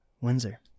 Windsor